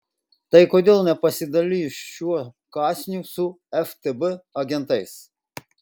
tai kodėl nepasidalijus šiuo kąsniu su ftb agentais